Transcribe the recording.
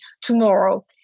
tomorrow